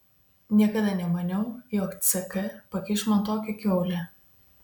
niekada nemaniau jog ck pakiš man tokią kiaulę